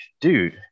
dude